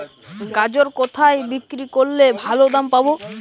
গাজর কোথায় বিক্রি করলে ভালো দাম পাব?